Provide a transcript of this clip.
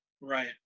right